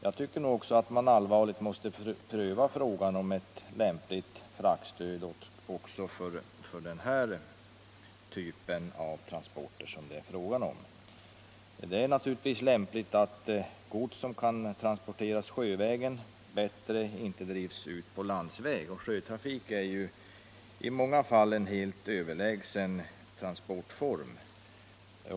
Jag tycker att man allvarligt måste pröva frågan om ett lämpligt fraktstöd också för den typ av transporter som han talade om. Det är naturligtvis lämpligt att gods som bättre kan transporteras sjövägen inte tvingas över på landsväg. Sjötrafik är ju i många fall en helt överlägsen transportform.